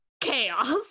chaos